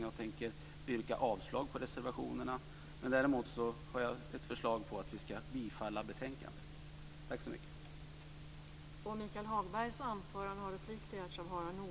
Jag tänker yrka avslag på reservationerna, men däremot har jag som förslag att vi ska bifalla utskottets hemställan i betänkandet.